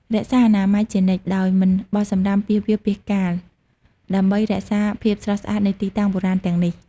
រក្សាអនាម័យជានិច្ច ដោយមិនបោះសំរាមពាសវាលពាសកាល ដើម្បីរក្សាភាពស្រស់ស្អាតនៃទីតាំងបុរាណទាំងនេះ។